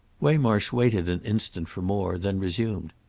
waymarsh waited an instant for more, then resumed.